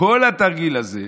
כל התרגיל הזה,